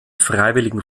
freiwilligen